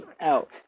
out